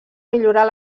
millorar